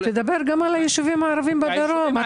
תדבר גם על הישובים הערביים בדרום.